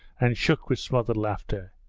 and shook with smothered laughter.